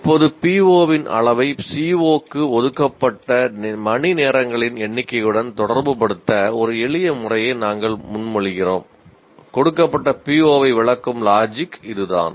இப்போது PO இன் அளவை CO க்கு ஒதுக்கப்பட்ட மணிநேரங்களின் எண்ணிக்கையுடன் தொடர்புபடுத்த ஒரு எளிய முறையை நாங்கள் முன்மொழிகிறோம் கொடுக்கப்பட்ட PO ஐ விளக்கும் லாஜிக் இதுதான்